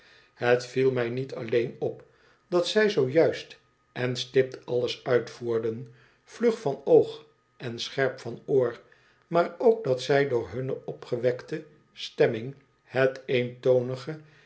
het viel mij niet alleen op dat zij zoo juist en stipt alles uitvoerden vlug van oog en scherp van oor maar ook dat zij door hunne opgewekte stemming het eentonige